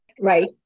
Right